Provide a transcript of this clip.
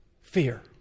fear